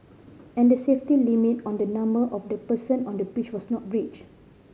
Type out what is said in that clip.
and the safety limit on the number of the person on the pitch was not breached